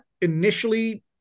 initially